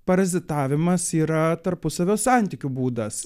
parazitavimas yra tarpusavio santykių būdas